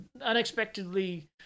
unexpectedly